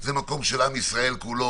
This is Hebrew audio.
זה מקום של עם ישראל כולו.